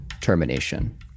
termination